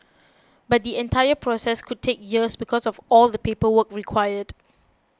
but the entire process could take years because of all the paperwork required